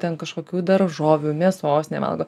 ten kažkokių daržovių mėsos nevalgo